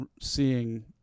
seeing